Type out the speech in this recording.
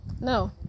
no